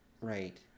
Right